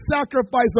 sacrifice